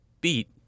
beat